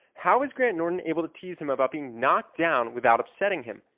how is graham norton able to tease him about being knocked down without upsetting him.